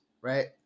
right